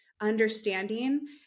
understanding